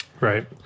Right